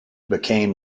became